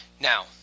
Now